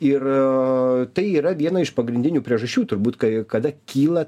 ir tai yra viena iš pagrindinių priežasčių turbūt kai kada kyla